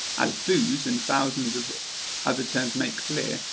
as booze and thousands of other terms make clear,